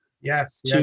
Yes